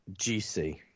GC